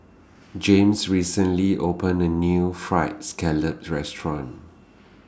James recently opened A New Fried Scallop Restaurant